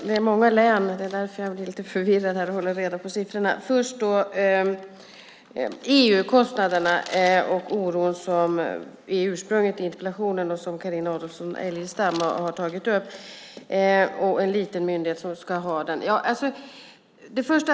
Herr talman! Det är många län och många siffror att hålla reda på; det är därför jag blir lite förvirrad. Jag börjar med den oro för en liten myndighets EU-kostnader som var ursprunget till Carina Adolfsson Elgestams interpellation.